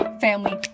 family